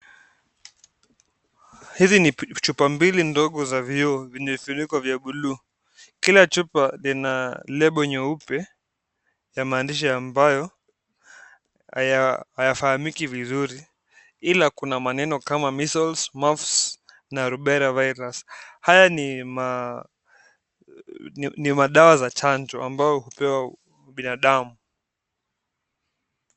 Hivi ni chupa mbili ndogo vya viio venye vifuniko vya bluu. Kila chupa lina label nyeupe ya maandishi ambayo hayafahamiki vizuri. Ila kuna maneno kama vile Measles, Mumps na Rubella virus . Haya ni madawa za chanjo ambayo hupewa binadamu